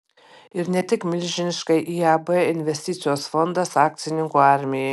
ir ne tik milžiniškai iab investicijos fondas akcininkų armijai